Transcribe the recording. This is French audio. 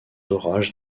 orages